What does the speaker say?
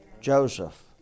Joseph